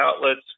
outlets